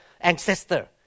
ancestor